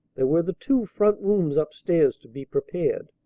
there were the two front rooms up-stairs to be prepared.